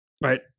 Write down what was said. right